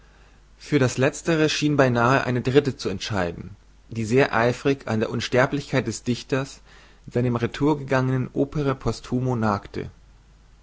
für das leztere schien beinahe eine dritte zu entscheiden die sehr eifrig an der unsterblichkeit des dichters seinem retourgegangenen opere posthumo